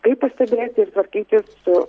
kaip pastebėti ir tvarkytis su